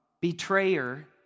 betrayer